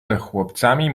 chłopcami